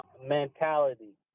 mentality